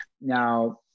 now